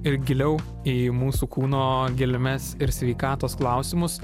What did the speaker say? ir giliau į mūsų kūno gelmes ir sveikatos klausimus